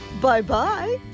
bye-bye